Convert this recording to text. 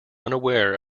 unaware